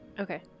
Okay